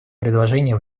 предложение